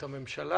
הממשלה.